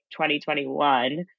2021